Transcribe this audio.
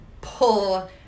pull